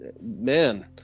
man